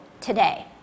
today